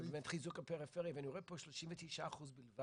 וחיזוק הפריפריה, ואני רואה פה 39% בלבד